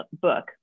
book